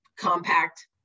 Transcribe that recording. compact